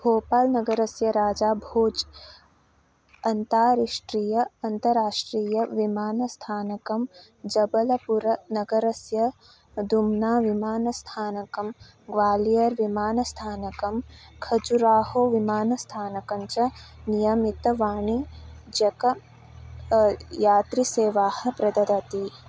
भोपाल् नगरस्य राजा भोज् अन्ताराष्ट्रियम् अन्तराष्ट्रीयविमानस्थानकं जबलपुरनगरस्य दुम्नाविमानस्थानकं ग्वालियर् विमानस्थानकं खजुराहो विमानस्थानकं च नियमितवाणिज्यिकाः यात्रिसेवाः प्रददाति